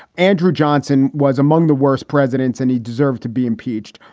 andrew johnson was among the worst presidents and he deserved to be impeached.